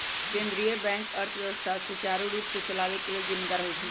केंद्रीय बैंक अर्थव्यवस्था सुचारू रूप से चलाबे के लेल जिम्मेदार होइ छइ